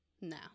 no